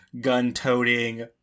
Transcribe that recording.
gun-toting